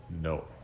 No